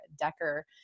Decker